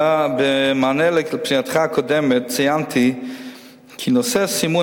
במענה לפנייתך הקודמת ציינתי כי נושא סימון